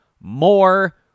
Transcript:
more